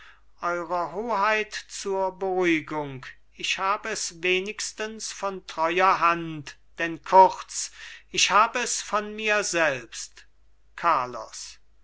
eurer hoheit zur beruhigung ich hab es wenigstens von treuer hand denn kurz ich hab es von mir selbst carlos